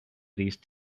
these